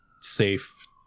safe